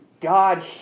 God